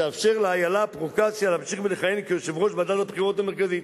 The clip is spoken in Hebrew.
שיאפשר לאילה פרוקצ'יה להמשיך ולכהן כיו"ר ועדת הבחירות המרכזית,